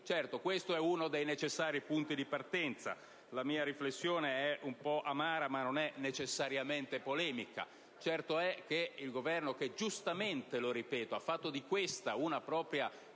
Tuttavia, è uno dei necessari punti di partenza. La mia riflessione è un po' amara, ma non necessariamente polemica. Certo è che il Governo, che ha fatto - e ripeto giustamente - di questa una propria